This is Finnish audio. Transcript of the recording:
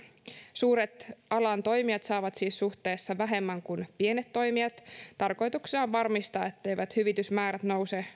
suuret alan toimijat saavat siis suhteessa vähemmän kuin pienet toimijat tarkoituksena on varmistaa etteivät hyvitysmäärät nouse